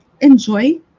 enjoy